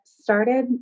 started